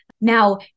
Now